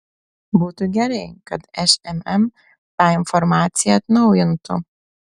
būtų gerai kad šmm tą informaciją atnaujintų